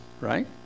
right